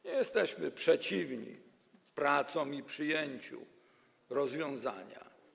Nie jesteśmy przeciwni pracom ani przyjęciu rozwiązania.